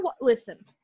listen